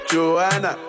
Joanna